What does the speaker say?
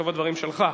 בסוף הדברים שלך,